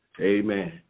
Amen